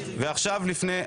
שלום,